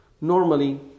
Normally